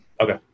Okay